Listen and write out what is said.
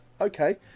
Okay